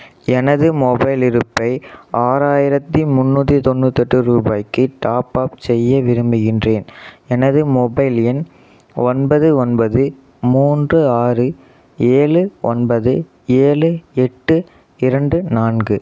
எனது மொபைல் இருப்பை ஆறாயிரத்தி முந்நூற்றி தொண்ணூத்தெட்டு ரூபாய்க்கு டாப் அப் செய்ய விரும்புகிறேன் எனது மொபைல் எண் ஒன்பது ஒன்பது மூன்று ஆறு ஏழு ஒன்பது ஏழு எட்டு இரண்டு நான்கு